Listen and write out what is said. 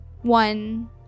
one